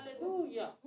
Hallelujah